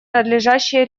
надлежащие